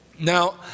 Now